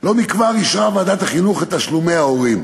לא מכבר אישרה ועדת החינוך את תשלומי ההורים.